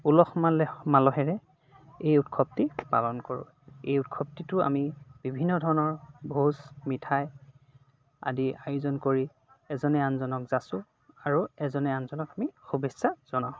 উলহ মালহেৰে এই উৎসৱটি পালন কৰোঁ এই উৎসৱটিটো আমি বিভিন্ন ধৰণৰ ভোজ মিঠাই আদি আয়োজন কৰি এজনে আনজনক যাচোঁ আৰু এজনে আনজনক আমি শুভেচ্ছা জনাওঁ